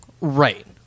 Right